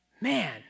man